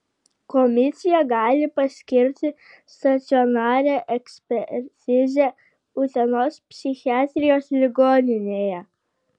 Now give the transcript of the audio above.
komisija gali paskirti stacionarią ekspertizę utenos psichiatrijos ligoninėje